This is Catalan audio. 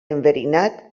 enverinat